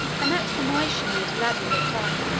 and at the noise she made aladdin looked up.